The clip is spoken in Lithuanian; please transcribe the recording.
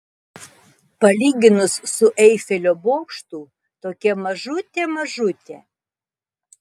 palyginus su eifelio bokštu tokia mažutė mažutė